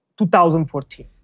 2014